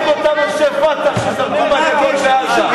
שזרקו מהגגות בעזה.